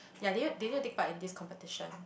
ya they need to they need to take part in this competition